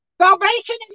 Salvation